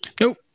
Nope